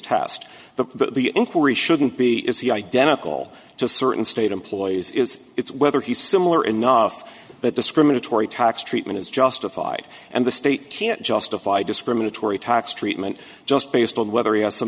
test the inquiry shouldn't be is he identical to certain state employees is it's whether he's similar enough that discriminatory tax treatment is justified and the state can't justify discriminatory tax treatment just based on whether he has some